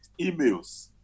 emails